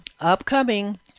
upcoming